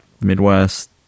Midwest